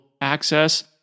access